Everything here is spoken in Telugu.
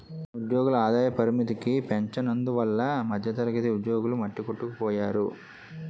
ఉద్యోగుల ఆదాయ పరిమితికి పెంచనందువల్ల మధ్యతరగతి ఉద్యోగులు మట్టికొట్టుకుపోయారు